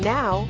Now